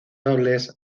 nobles